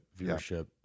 viewership